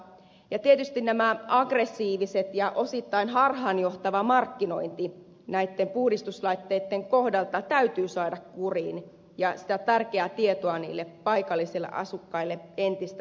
ja tietysti tämä aggressiivinen ja osittain harhaanjohtava markkinointi näitten puhdistuslaitteitten kohdalla täytyy saada kuriin ja on vietävä sitä tärkeää tietoa niille paikallisille asukkaille entistä enemmän